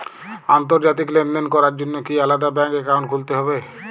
আন্তর্জাতিক লেনদেন করার জন্য কি আলাদা ব্যাংক অ্যাকাউন্ট খুলতে হবে?